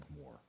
more